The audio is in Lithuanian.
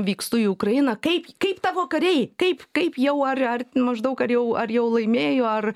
vykstu į ukrainą kaip kaip tavo kariai kaip kaip jau ar ar maždaug ar jau ar jau laimėjo ar